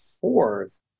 fourth